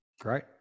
great